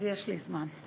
יש לך זמן.